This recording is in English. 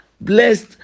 blessed